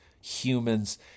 humans